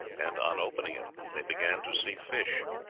and, on opening it, they began to see fish.